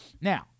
Now